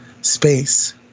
space